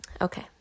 okay